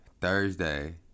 thursday